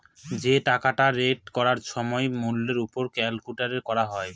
যে টাকাটা রেট করার সময় মূল্যের ওপর ক্যালকুলেট করা হয়